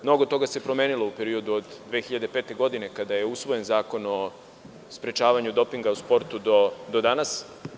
Mnogo toga se promenilo u periodu od 2005. godine, kada je usvojen Zakon o sprečavanju dopinga u sportu do danas.